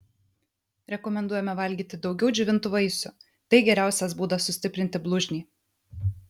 rekomenduojame valgyti daugiau džiovintų vaisių tai geriausias būdas sustiprinti blužnį